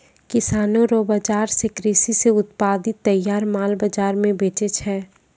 किसानो रो बाजार से कृषि से उत्पादित तैयार माल बाजार मे बेचै छै